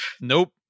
Nope